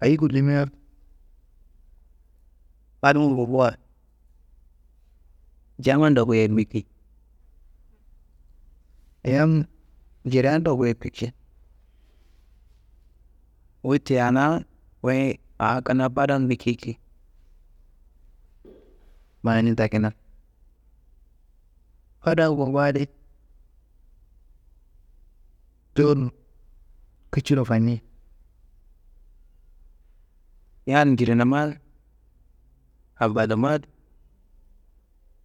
Ayi gullummia? Fadan gumbuwa jamma ndoku ye biki, yam njirea ndoku ye biki. Wote ana wuyi a kina fadan biki ki, manani takina fadan gumba adi, jowuro kiciro fanini. Yan njirnumma, abanumma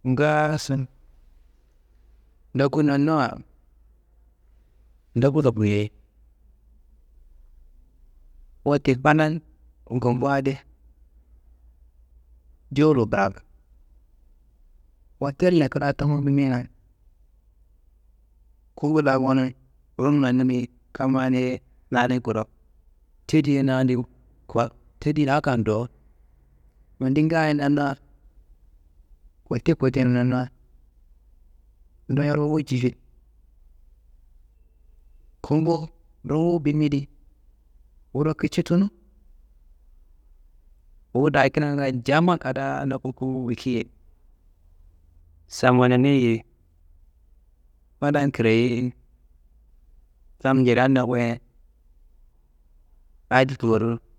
ngaaso, ndoku nanna ndokuro buyoi, wote fadan gumba adi jowuro kiraku. Hotole kina tummu bimia kumbu la gonum runum nanimi, kama adi na adin kuro tedi ye nadin todi akan dowo. Nondiyi ngaaye nanna kote kote nanna nduye rungu jifi, kumbu runum bimi di wuro kici tunu wuyi dakinan ngaaye jamma kada ndoku kumbu biki ye zamanana ye, fadan kiraye ye yam njirea ndoku ye adi loro.